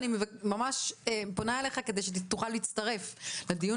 אני פונה אליך כדי שתוכל להצטרף לדיון